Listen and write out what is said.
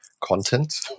content